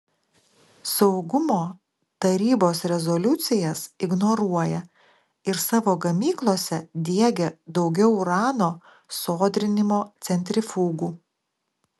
saugumo tarybos rezoliucijas ignoruoja ir savo gamyklose diegia daugiau urano sodrinimo centrifugų